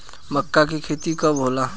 मक्का के खेती कब होला?